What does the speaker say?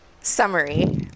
Summary